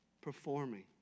performing